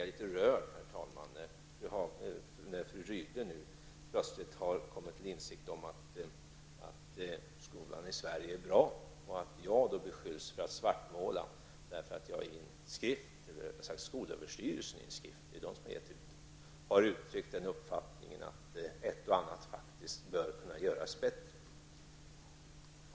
Jag blir, herr talman, litet rörd när fru Rydle plötsligt har kommit till insikt om att skolan i Sverige är bra och när jag beskylls för att svartmåla på grund av att jag -- eller rättare sagt skolöverstyrelsen -- i en skrift har uttryckt den uppfattningen att ett och annat faktiskt bör kunna göras bättre.